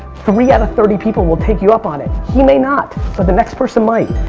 three out of thirty people will take you up on it. he may not, but the next person might.